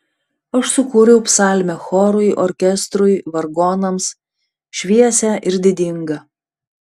aš sukūriau psalmę chorui orkestrui vargonams šviesią ir didingą